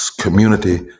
community